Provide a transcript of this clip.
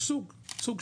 סוג של.